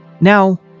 Now